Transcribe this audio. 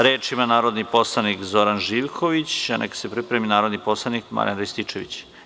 Reč ima narodni poslanik Zoran Živković, a nek se pripremi narodni poslanik Marijan Rističević.